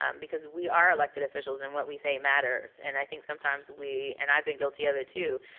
um because we are elected officials and what we say matters, and i think sometimes we, and i've been guilty of it too,